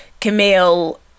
Camille